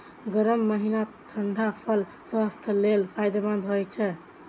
गर्मी महीनाक ठंढा फल स्वास्थ्यक लेल फायदेमंद होइ छै